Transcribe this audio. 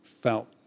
felt